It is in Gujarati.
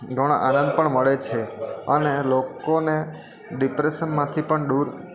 ઘણો આનંદ પણ મળે છે અને લોકોને ડિપ્રેશનમાંથી પણ દૂર